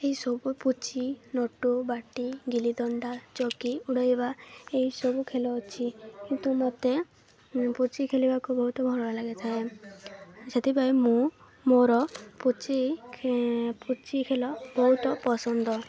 ଏହିସବୁ ପୁଚି ନଟୁ ବାଟି ଗିଲି ଦଣ୍ଡା ଚକି ଉଡ଼େଇବା ଏହିସବୁ ଖେଳ ଅଛି କିନ୍ତୁ ମତେ ପୁଚି ଖେଳିବାକୁ ବହୁତ ଭଲ ଲାଗିଥାଏ ସେଥିପାଇଁ ମୁଁ ମୋର ପୁଚି ପୁଚି ଖେଳ ବହୁତ ପସନ୍ଦ